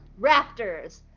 raptors